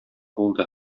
булды